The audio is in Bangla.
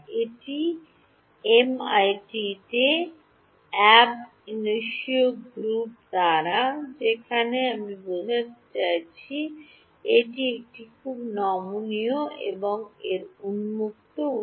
এটি এমআইটি তে অ্যাব ইনিশিয়ো গ্রুপ দ্বারা যেখানে আমি বোঝাতে চাইছি এটি একটি খুব নমনীয় এবং এর উন্মুক্ত উত্স